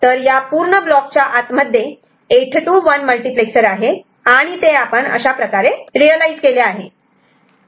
तर या पुर्ण ब्लॉकच्या आत मध्ये 8 to 1 मल्टिप्लेक्सर आहे आणि ते आपण अशाप्रकारे रियलायझ केले आहे